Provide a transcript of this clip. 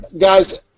Guys